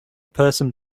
person